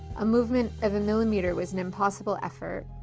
a movement of a millimeter was an impossible effort.